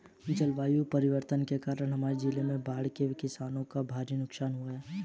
जलवायु परिवर्तन के कारण हमारे जिले में बाढ़ से किसानों को भारी नुकसान हुआ है